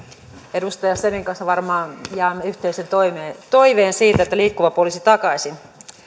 edustaja semin kanssa varmaan jaamme yhteisen toiveen toiveen siitä että liikkuva poliisi takaisin